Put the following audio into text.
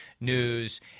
news